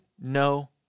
no